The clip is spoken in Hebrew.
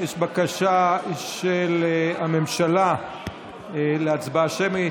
יש בקשה של הממשלה להצבעה שמית,